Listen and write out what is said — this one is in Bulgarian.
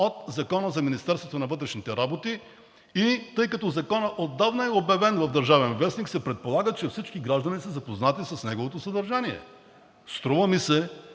от Закона за Министерството на вътрешните работи. И тъй като Законът отдавна е обявен в „Държавен вестник“, се предполага, че всички граждани са запознати с неговото съдържание. Струва ми се,